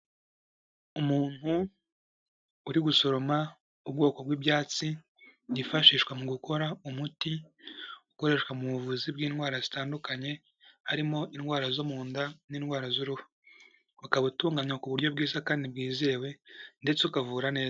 Umuntu uri gusoroma ubwoko bw'ibyatsi bwifashishwa mu gukora umuti ukoreshwa mu buvuzi bw'indwara zitandukanye, harimo indwara zo mu nda n'indwara z'uruhu, ukaba utunganywa ku buryo bwiza kandi bwizewe ndetse ukavura neza.